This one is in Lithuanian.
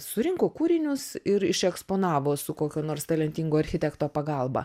surinko kūrinius ir išeksponavo su kokio nors talentingo architekto pagalba